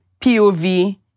POV